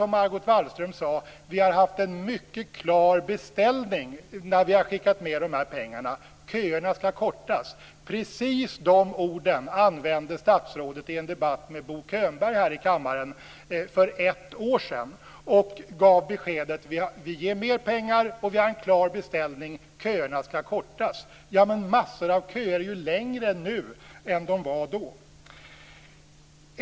Margot Wallström sade: Vi har haft en mycket klar beställning när vi har skickat med de här pengarna. Köerna skall kortas. Precis de orden använde statsrådet i en debatt med Bo Könberg här i kammaren för ett år sedan. Då gav hon beskedet: Vi ger mer pengar och vi har en klar beställning. Köerna skall kortas. Men massor av köer är ju längre nu än de var då!